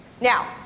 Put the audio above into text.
Now